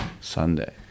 Sunday